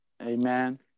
Amen